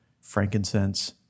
frankincense